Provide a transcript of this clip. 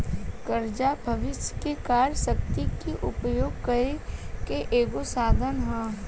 कर्जा भविष्य के कार्य शक्ति के उपयोग करे के एगो साधन ह